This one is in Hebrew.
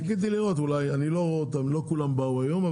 לא כולם באו היום,